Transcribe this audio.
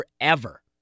forever